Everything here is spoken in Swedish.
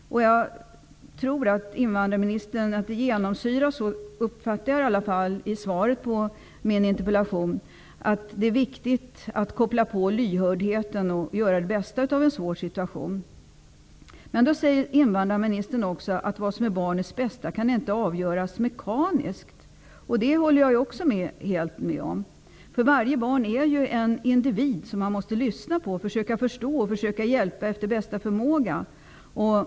Svaret på min interpellation genomsyras av hur viktigt det är att koppla på lyhördheten och att göra det bästa av en svår situation. Så uppfattar jag i alla fall svaret. Invandrarministern säger även att vad som är barnets bästa kan inte avgöras mekaniskt. Det håller jag också helt med om. Varje barn är en individ, som man måste lyssna på, försöka förstå och hjälpa efter bästa förmåga.